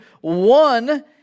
one